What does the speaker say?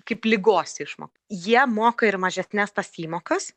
kaip ligos išmoką jie moka ir mažesnes tas įmokas